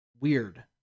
weird